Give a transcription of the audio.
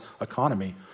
economy